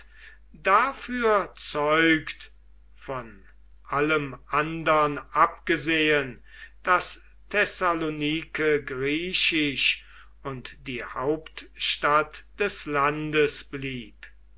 dafür zeugt von allem andern abgesehen daß thessalonike griechisch und die hauptstadt des landes blieb